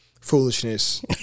foolishness